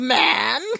man